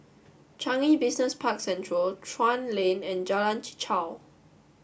Changi Business Park Central Chuan Lane and Jalan Chichau